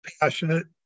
passionate